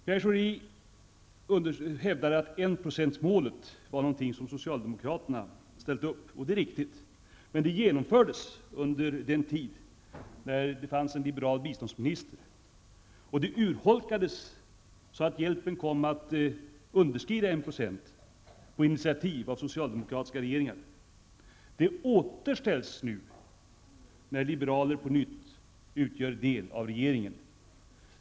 Pierre Schori hävdar att enprocentsmålet var någonting som socialdemokraterna ställde upp, och det är riktigt. Men det genomfördes under den tid när det fanns en liberal biståndsminister, och det urholkades så att hjälpen kom att underskrida 1 % på initiativ av en socialdemokratisk regering. Det återställs nu, när liberaler på nytt utgör en del av regeringen.